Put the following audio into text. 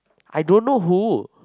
I don't know who